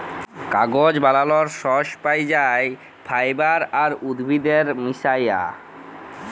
কাগজ বালালর সর্স পাই যাই ফাইবার আর উদ্ভিদের মিশায়া